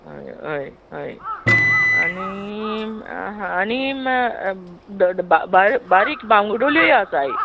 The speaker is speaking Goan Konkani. हय हय हय आनी आसा आनी ड ड बा बा बारीक बांगडुल्योय आसाय